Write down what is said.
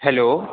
hello